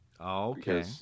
Okay